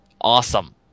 awesome